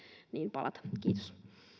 palata kiitos